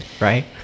right